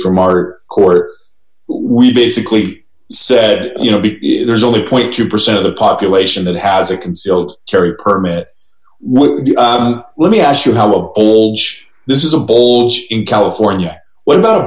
from our court we basically said you know there's only point two percent of the population that has a concealed carry permit with let me ask you how old this is a bowls in california w